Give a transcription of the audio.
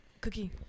cookie